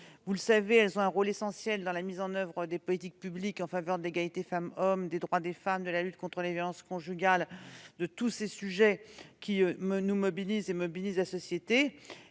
vous le savez, un rôle essentiel dans la mise en oeuvre des politiques publiques en faveur de l'égalité entre femmes et hommes, des droits des femmes, de la lutte contre les violences conjugales et de tous les sujets qui nous mobilisent et qui mobilisent la société.